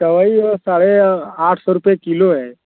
कवई वो साढ़े आठ सौ रुपये किलो है